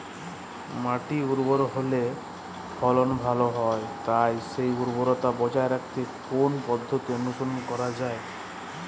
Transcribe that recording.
মাটি উর্বর হলে ফলন ভালো হয় তাই সেই উর্বরতা বজায় রাখতে কোন পদ্ধতি অনুসরণ করা যায়?